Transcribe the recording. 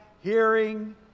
hearing